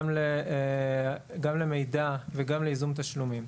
גם למידע וגם לייזום תשלומים.